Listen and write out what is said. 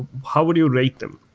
how would you rate them?